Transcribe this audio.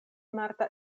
marta